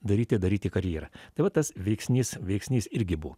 daryti daryti karjerą tai va tas veiksnys veiksnys irgi buvo